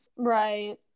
right